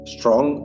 Strong